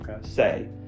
Say